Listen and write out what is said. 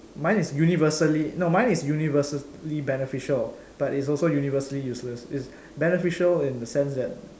mine is universally no mine is universally beneficial but it's also universally useless it's beneficial in the sense that